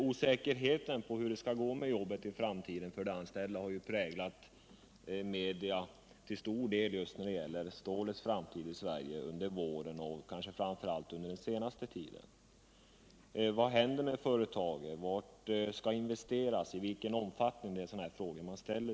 Osäkerheten om hur det skall gå med jobben i framtiden har präglat debatten i massmedia under våren, och kanske framför allt under den allra senaste tiden, när man där har behandlat stålets framtid i Sverige. Man har frågat: Vad händer med företagen? Var skall det investeras, och i vilken utsträckning skall det ske? Det är sådana frågor som ställs.